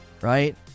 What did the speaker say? right